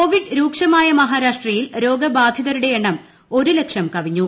Covid രൂക്ഷമായ മഹാരാഷ്ട്രയിൽ രോഗബ്ബാധിത്രുടെ എണ്ണം ഒരു ലക്ഷം കവിഞ്ഞു